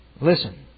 Listen